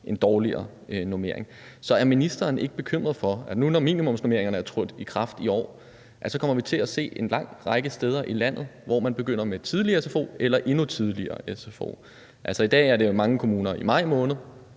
en dårligere normering. Så er ministeren ikke bekymret for, at nu, når minimumsnormeringerne er trådt i kraft i år, kommer vi til at se en lang række steder i landet, hvor man begynder med tidlig sfo eller endnu tidligere sfo? Altså, i dag er det jo i mange kommuner i maj måned,